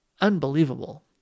Unbelievable